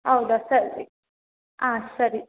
ಹೌದಾ ಸರಿ ಆಂ ಸರಿ